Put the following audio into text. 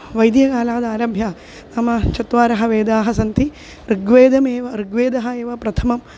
वैदिककालादारभ्य नाम चत्वारः वेदाः सन्ति ऋग्वेदमेव ऋग्वेदः एव प्रथमः